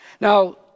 Now